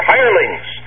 Hirelings